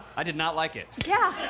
i did not like it. yeah!